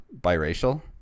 biracial